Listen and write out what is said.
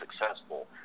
successful